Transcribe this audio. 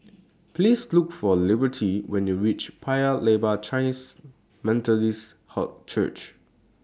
Please Look For Liberty when YOU REACH Paya Lebar Chinese Methodist Church